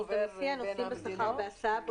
שהוא עובר בין המדינות?